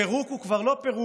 הפירוק הוא כבר לא פירוק